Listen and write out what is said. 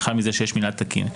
וחל מזה שיש מינהל תקין.